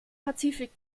pazifik